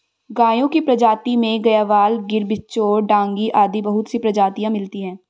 गायों की प्रजाति में गयवाल, गिर, बिच्चौर, डांगी आदि बहुत सी प्रजातियां मिलती है